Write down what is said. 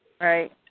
Right